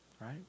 Right